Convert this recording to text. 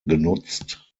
genutzt